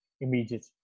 immediate